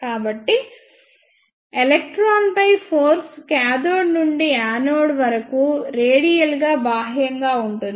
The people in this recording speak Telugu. కాబట్టి ఎలక్ట్రాన్పై ఫోర్స్ కాథోడ్ నుండి యానోడ్ వరకు రేడియల్గా బాహ్యంగా ఉంటుంది